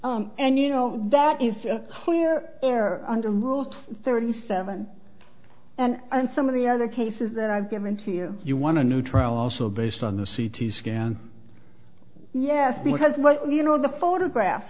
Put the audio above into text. d and you know that is clear air under rule thirty seven and some of the other cases that i've given to you you want to neutral also based on the c t scan yes because well you know the photograph